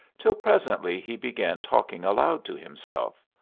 till presently he began talking aloud to himself.